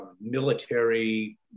military